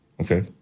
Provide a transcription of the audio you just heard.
Okay